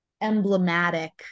emblematic